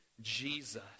Jesus